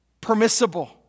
Permissible